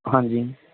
ਹਾਂਜੀ